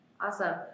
Awesome